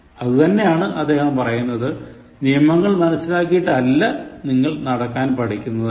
അത് തന്നെയാണ് അദ്ദേഹവും പറയുന്നത് "നിയമങ്ങൾ മനസ്സിലാക്കിയിട്ടല്ല നിങ്ങൾ നടക്കാൻ പഠിക്കുന്നത്" എന്ൻ